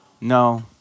No